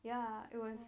ya it was